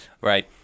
Right